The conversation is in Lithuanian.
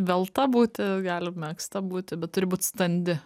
velta būti gali mėgsta būti bet turi būt standi